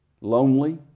lonely